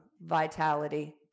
vitality